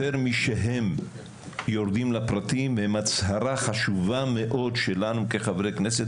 יותר משהם יורדים לפרטים הם הצהרה חשובה מאוד שלנו כחברי כנסת,